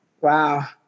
Wow